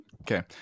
okay